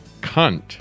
Cunt